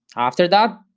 after that,